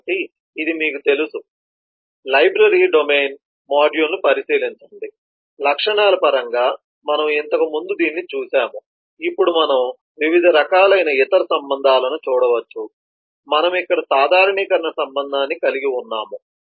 కాబట్టి ఇది మీకు తెలుసు లైబ్రరీ డొమైన్ మాడ్యూల్ను పరిశీలించండి లక్షణాల పరంగా మనము ఇంతకుముందు దీనిని చూశాము ఇప్పుడు మనం వివిధ రకాలైన ఇతర సంబంధాలను చూడవచ్చు మనము ఇక్కడ సాధారణీకరణ సంబంధాన్ని కలిగి ఉన్నాము